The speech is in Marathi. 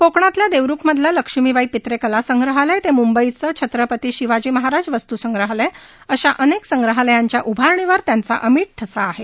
कोकणातल्या देवरूखमधलं लक्ष्मीबाई पित्रे कला संग्रहालय ते म्ंबईचे छत्रपती शिवाजी वस्त्संग्रहालय अश्या अनेक संग्रहालयांच्या उभारणीवर त्यांचा अमीट ठसा आहे